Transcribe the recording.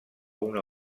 una